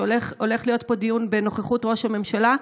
הולך להיות פה דיון בנוכחות ראש הממשלה,